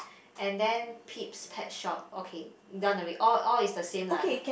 and then Pete's pet shop okay done alrea~ all all is the same lah